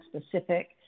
specific